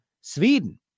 Sweden